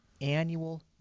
annual